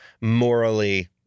morally